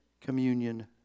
Communion